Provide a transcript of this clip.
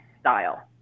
style